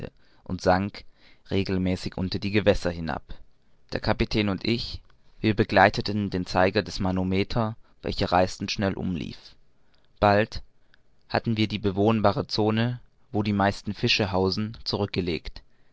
und sank regelmäßig unter die gewässer hinab der kapitän und ich wir begleiteten den zeiger des manometer welcher reißend schnell umlief bald hatten wir die bewohnbare zone wo die meisten fische hausen zurückgelegt